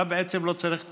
אתה בעצם לא צריך תשובה,